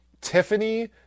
Tiffany